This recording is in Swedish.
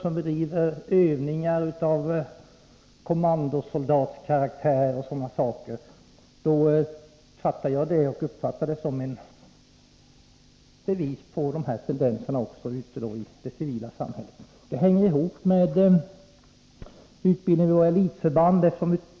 De bedriver övningar av kommandosoldatskaraktär m.m. Jag uppfattar det som ett bevis på att den tendens jag tidigare nämnt också förekommer i det civila samhället. Det hänger ihop med utbildningen av elitförband.